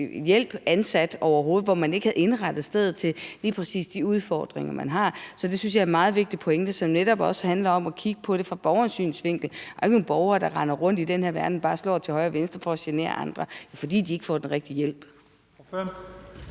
hjælp, og hvor man ikke har indrettet stedet til lige præcis de udfordringer, man har. Så det synes jeg er en meget vigtig pointe, som netop også handler om at kigge på det fra borgerens synsvinkel. Der er jo ikke nogen borgere, der render rundt i den her verden og bare slår til højre og venstre for at genere andre; det er, fordi de ikke får den rigtige hjælp.